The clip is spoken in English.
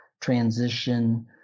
transition